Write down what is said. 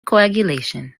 coagulation